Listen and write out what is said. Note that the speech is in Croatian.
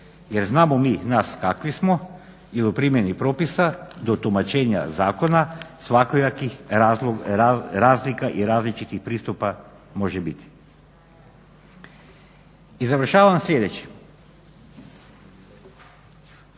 jer znamo mi nas kakvi smo ili u primjeni propisa do tumačenja zakona svakojakih razlika i različitih pristupa može biti. I završavam sljedećim.